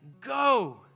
go